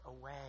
away